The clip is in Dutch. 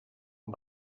een